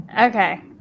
Okay